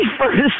first